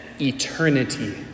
eternity